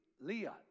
Leah